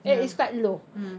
ya mm